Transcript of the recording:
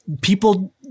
people